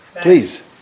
Please